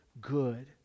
good